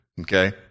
okay